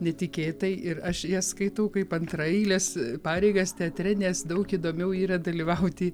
netikėtai ir aš jas skaitau kaip antraeiles pareigas teatre nes daug įdomiau yra dalyvauti